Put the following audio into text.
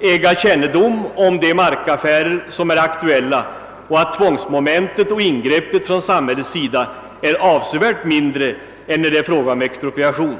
äga kännedom om de markaffärer som är aktuella och att tvångsmomentet och ingreppet från samhällets sida blir avsevärt mindre än när det är fråga om expropriation.